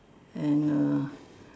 and err